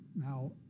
Now